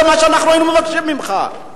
זה מה שאנחנו מבקשים ממך.